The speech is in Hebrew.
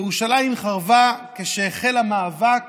ירושלים חרבה כשהחל המאבק